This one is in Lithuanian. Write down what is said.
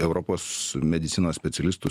europos medicinos specialistų